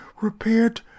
repaired